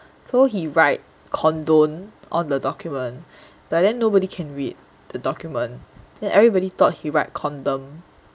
so he write condone on the document but then nobody can read the document then everybody thought he write condom